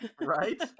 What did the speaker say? Right